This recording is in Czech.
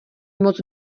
moc